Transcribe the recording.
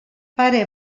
pare